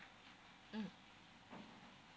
mm